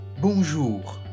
Bonjour